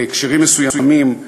בהקשרים מסוימים,